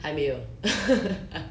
还没有